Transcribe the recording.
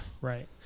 Right